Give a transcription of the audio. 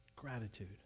gratitude